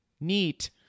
Neat